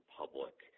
public